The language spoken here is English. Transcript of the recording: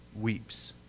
weeps